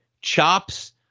chops